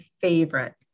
favorite